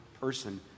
person